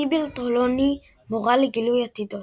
סיביל טרלוני – מורה לגילוי עתידות.